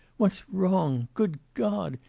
what's wrong? good god!